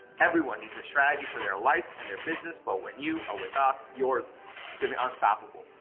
everyone needs a strategy for their life and their business, but when you are with us, yours is gonna be unstoppable.